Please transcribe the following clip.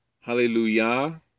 Hallelujah